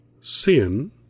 sin